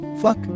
fuck